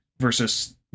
versus